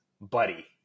buddy